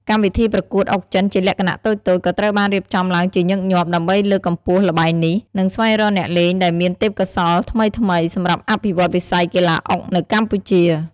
កម្មវិធីប្រកួតអុកចិនជាលក្ខណៈតូចៗ ក៏ត្រូវបានរៀបចំឡើងជាញឹកញាប់ ដើម្បីលើកកម្ពស់ល្បែងនេះ និងស្វែងរកអ្នកលេងដែលមានទេពកោសល្យថ្មីៗ សម្រាប់អភិវឌ្ឍន៍វិស័យកីឡាអុកនៅកម្ពុជា។